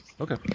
Okay